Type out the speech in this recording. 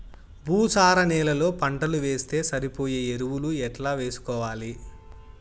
భూసార నేలలో పంటలు వేస్తే సరిపోయే ఎరువులు ఎట్లా వేసుకోవాలి?